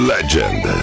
Legend